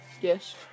Yes